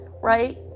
right